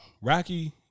Rocky